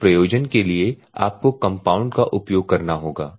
उस प्रयोजन के लिए आपको कम्पाउन्ड का उपयोग करना होगा